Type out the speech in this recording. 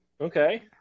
Okay